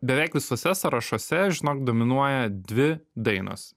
beveik visuose sąrašuose žinok dominuoja dvi dainos